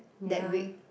ya